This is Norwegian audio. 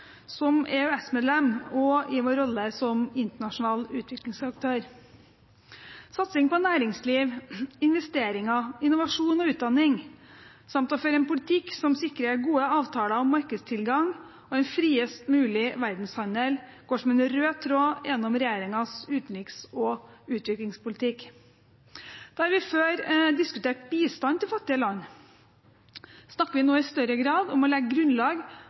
som EØS-medlem og i vår rolle som internasjonal utviklingsaktør. Satsing på næringsliv, investeringer, innovasjon og utdanning, samt å føre en politikk som sikrer gode avtaler om markedstilgang og en friest mulig verdenshandel, går som en rød tråd gjennom regjeringens utenriks- og utviklingspolitikk. Der vi før diskuterte bistand til fattige land, snakker vi nå i større grad om å legge grunnlag